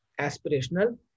aspirational